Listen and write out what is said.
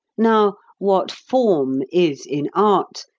now, what form is in art,